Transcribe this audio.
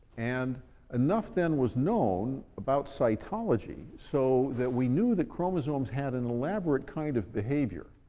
and enough then was known about cytology, so that we knew that chromosomes had an elaborate kind of behavior,